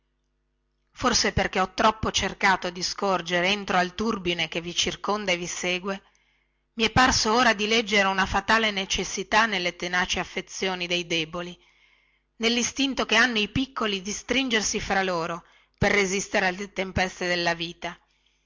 forse perchè ho troppo cercato di scorgere entro al turbine che vi circonda e vi segue mi è parso ora di leggere una fatale necessità nelle tenaci affezioni dei deboli nellistinto che hanno i piccoli di stringersi fra loro per resistere alle tempeste della vita